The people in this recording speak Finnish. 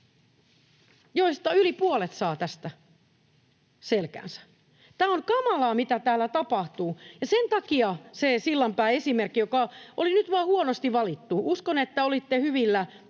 joista yli puolet saa tästä selkäänsä. Tämä on kamalaa, mitä täällä tapahtuu. Sen takia se Sillanpään esimerkki — joka oli nyt vaan huonosti valittu, ja uskon, että olitte hyvillä